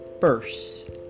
first